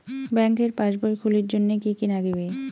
ব্যাঙ্কের পাসবই খুলির জন্যে কি কি নাগিবে?